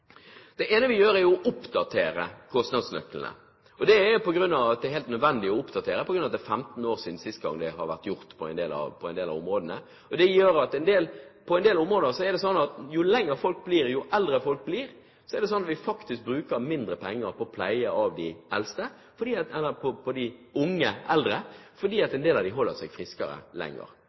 Det ene vi gjør, er å oppdatere kostnadsnøklene. De er det helt nødvendig å oppdatere, fordi det er 15 år siden siste gang det har vært gjort på en del av områdene. Når folk blir eldre, er det likevel sånn at vi faktisk bruker mindre penger på pleie av de eldste – eller på de unge eldre – fordi en del av dem holder seg friskere lenger. Det reflekteres i kommunenes faktiske pengebruk, og det reflekteres nå også i kommunenøklene. Det andre er at vi har satset mye på skole de